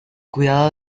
cuidado